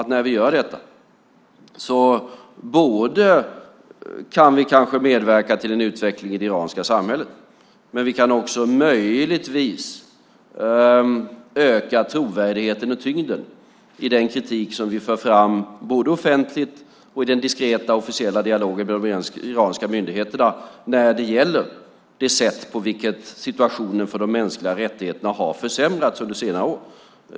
När vi gör detta kanske vi både kan medverka till en utveckling i det iranska samhället och möjligtvis med tiden öka trovärdigheten i den kritik som vi för fram såväl offentligt som i den diskreta officiella dialogen med de iranska myndigheterna när det gäller det sätt på vilket situationen för de mänskliga rättigheterna har försämrats under senare år.